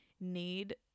need